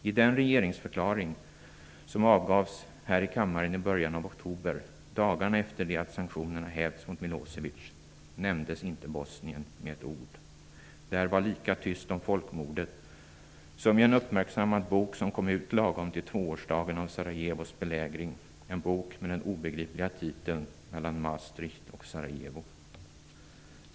I den regeringsförklaring som avgavs i början av oktober, dagarna efter det att sanktionerna hävts mot Milosevic, nämndes inte Bosnien med ett ord. Där var lika tyst om folkmordet som i en uppmärksammad bok som kom ut lagom till tvåårsdagen av Sarajevos belägring, en bok med den obegripliga titeln "Mellan Maastricht och Sarajevo".